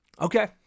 Okay